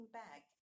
back